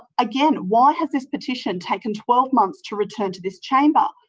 again, why has this petition taken twelve months to return to this chamber?